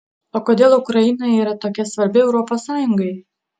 o kodėl ukraina yra tokia svarbi europos sąjungai